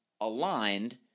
aligned